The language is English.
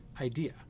Idea